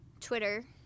Twitter